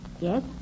Yes